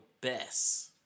best